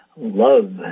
Love